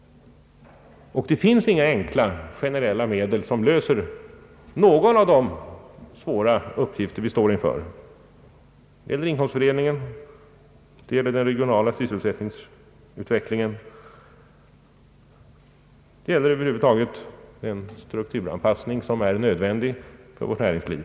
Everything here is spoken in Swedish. Det finns inga enkla generella medel som löser de svåra uppgifter vi står inför — inkomstfördelningen, den regionala = sysselsättningsutvecklingen, över huvud taget den strukturanpassning som är nödvändig för vårt näringsliv.